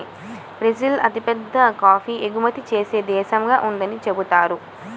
Brazil అతిపెద్ద coffee ఎగుమతి చేసే దేశంగా ఉందని చెబుతున్నారు